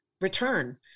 return